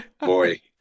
boy